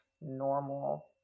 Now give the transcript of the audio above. normal